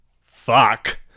fuck